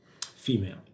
Female